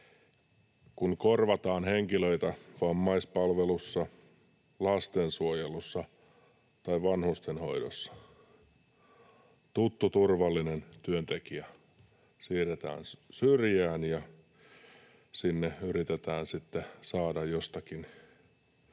kun korvataan henkilöitä vammaispalvelussa, lastensuojelussa tai vanhustenhoidossa? Tuttu, turvallinen työntekijä siirretään syrjään ja sinne yritetään sitten saada jostakin joku